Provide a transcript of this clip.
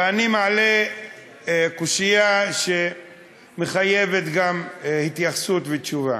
ואני מעלה קושיה שמחייבת גם התייחסות ותשובה,